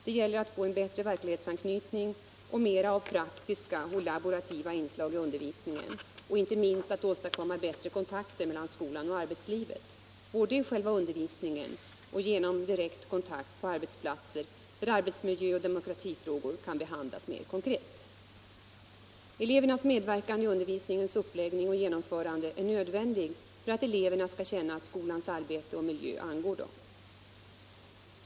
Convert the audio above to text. Dei gäller att få en bättre verklighetsanknytning och mera av praktiska och laborativa inslag i undervisningen och inte minst att åstadkomma bättre kontakter mellan skolan och arbetslivet, både i själva undervisningen och genom direkt kontakt på arbetsplatser där arbetsmiljö och demokratifrågor kan behandlas mer konkret. Elevernas medverkan i undervisningens uppläggning och genomförande är nödvändig för att eleverna skall känna att skolans arbete och miljö angår dem.